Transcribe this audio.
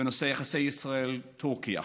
בנושא יחסי ישראל טורקיה.